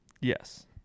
Yes